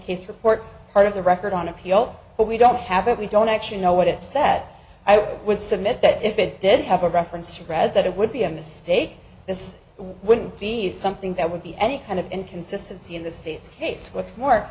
his report part of the record on appeal but we don't have it we don't actually know what it said i would submit that if it did have a reference to brad that it would be a mistake this wouldn't be something that would be any kind of inconsistency in the state's case what's more